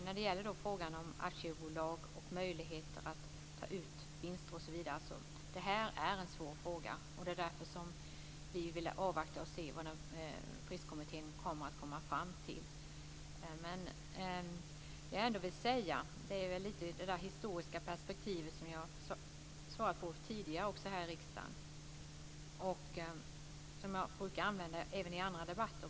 När det gäller frågan om aktiebolag och möjligheter att ta ut vinster är det en svår fråga, och det är därför vi vill avvakta och se vad Fristkommittén kommer fram till. Jag brukar använda det historiska perspektivet - jag har sagt det tidigare här i riksdagen - även i debatter runt den fristående skolan.